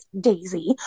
Daisy